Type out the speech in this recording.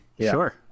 Sure